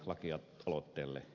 arvoisa puhemies